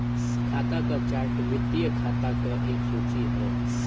खाता क चार्ट वित्तीय खाता क एक सूची हौ